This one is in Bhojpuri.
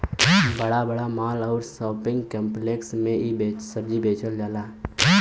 बड़ा बड़ा माल आउर शोपिंग काम्प्लेक्स में इ सब्जी के बेचल जाला